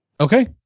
Okay